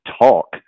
talk